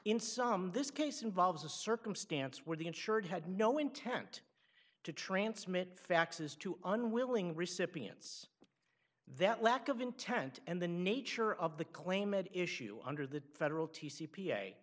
in some this case involves a circumstance where the insured had no intent to transmitted faxes to unwilling recipients that lack of intent and the nature of the claim made issue under the federal t c